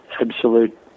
absolute